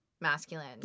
masculine